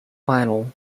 final